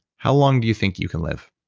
how long do you think you can live?